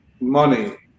money